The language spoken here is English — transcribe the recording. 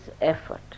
effort